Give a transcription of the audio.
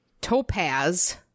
topaz